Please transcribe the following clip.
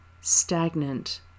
stagnant